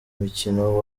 mukino